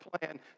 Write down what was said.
plan